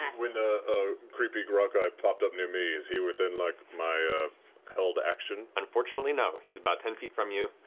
when the creepy rock guy popped up near me, is he within like my held action? matt unfortunately, no. he's about ten feet from you.